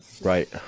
right